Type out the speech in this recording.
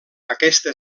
aquesta